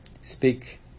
speak